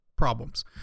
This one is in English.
problems